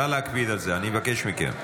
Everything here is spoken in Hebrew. נא להקפיד על זה, אני מבקש מכם.